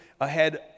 ahead